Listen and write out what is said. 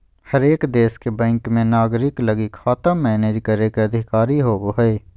हरेक देश के बैंक मे नागरिक लगी खाता मैनेज करे के अधिकार होवो हय